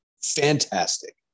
Fantastic